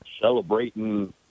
celebrating